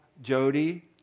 Jody